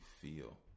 feel